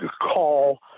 call